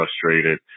frustrated